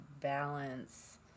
balance